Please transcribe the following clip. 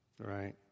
Right